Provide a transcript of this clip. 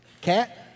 Cat